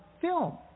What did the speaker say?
film